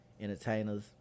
entertainers